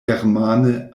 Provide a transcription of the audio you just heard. germane